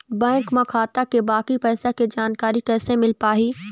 Bank म खाता के बाकी पैसा के जानकारी कैसे मिल पाही?